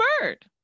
bird